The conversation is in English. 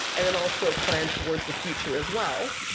and then also plan towards the future as well.